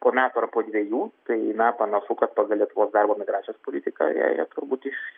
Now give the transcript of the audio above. po metų ar po dviejų tai na panašu kad pagal lietuvos darbo migracijos politiką jie jie turbūt iš